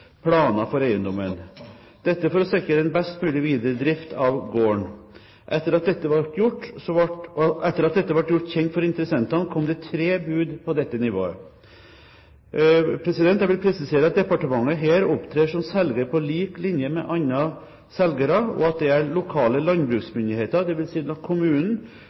planer for eiendommen, for å sikre en best mulig videre drift av gården. Etter at dette var gjort kjent for interessentene, kom det tre bud på dette nivået. Jeg vil presisere at departementet her opptrer som selger på lik linje med andre selgere, og at det er lokale landbruksmyndigheter, dvs. kommunen, som etter gjeldende retningslinjer avgjør innenfor hvilket prisnivå det kan gis konsesjon. Departementet vil naturligvis rette seg etter det som kommunen